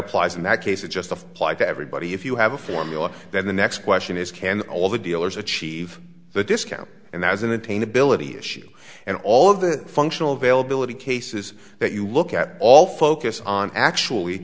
applies in that case it just apply to everybody if you have a formula then the next question is can all the dealers achieve the discount and that is an attainable of the issue and all of the functional availability cases that you look at all focus on actually